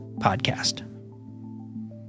podcast